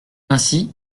ainsi